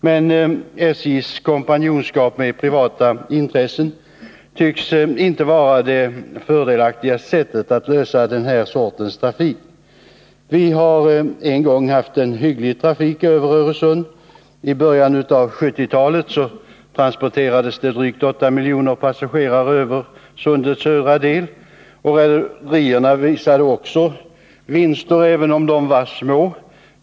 Men ett kompanjonskap med privata intressen, som SJ nu har, tycks inte vara det fördelaktigaste sättet för att få till stånd den här sortens trafik. Vi har en gång haft en rätt hygglig trafik över Öresund. I början av 1970-talet transporterades drygt 8 miljoner passagerare över sundets södra del per år. Rederierna visade också vinster, även om de var små.